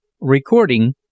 Recording